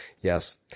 yes